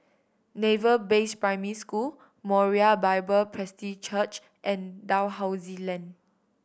Naval Base Primary School Moriah Bible Presby Church and Dalhousie Lane